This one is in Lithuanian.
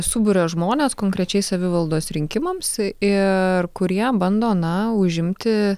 suburia žmones konkrečiai savivaldos rinkimams ir kurie bando na užimti